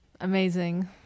amazing